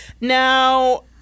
Now